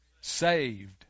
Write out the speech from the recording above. saved